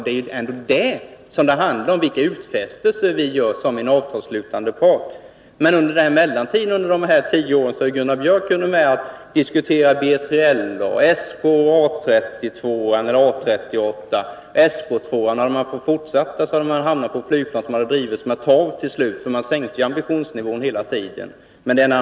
Det handlar ju ändå om vilka utfästelser vi gör som avtalsslutande part. Men under mellantiden — under de här tio åren — har Gunnar Björk hunnit med att diskutera BILA, SK/A38 och SK2. Hade man fortsatt hade man till slut hamnat på ett flygplan som drivits med torv, för man sänkte ambitionsnivån hela tiden.